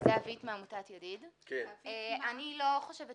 אני לא חוששת